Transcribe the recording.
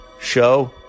show